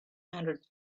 hundred